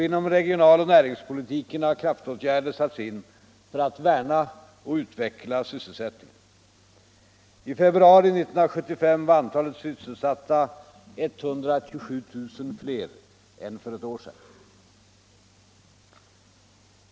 Inom regionaloch näringspolitiken har kraftåtgärder satts in för att värna och utveckla sysselsättningen. I februari 1975 var antalet sysselsatta 127 000 fler än för ett år sedan.